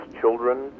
children